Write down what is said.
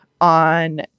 on